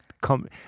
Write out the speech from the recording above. come